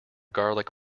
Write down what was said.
garlic